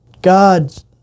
God's